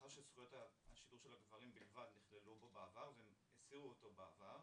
לאחר שזכויות השידור של הגברים בלבד נכללו בעבר והסירו אותו בעבר,